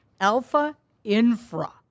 alpha-infra